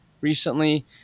recently